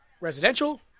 residential